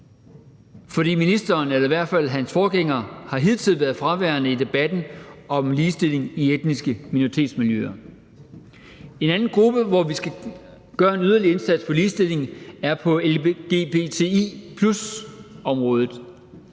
for ministeren eller i hvert fald hans forgænger har hidtil været fraværende i debatten om ligestilling i etniske minoritetsmiljøer. En anden gruppe, hvor vi skal gøre en yderligere indsats for ligestillingen, er på lgbti+-området.